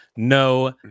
No